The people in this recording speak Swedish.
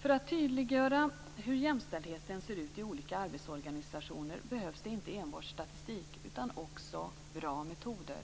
För att tydliggöra hur jämställdheten ser ut i olika arbetsorganisationer behövs det inte enbart statistik utan också bra metoder.